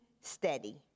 steady